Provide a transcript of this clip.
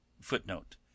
Footnote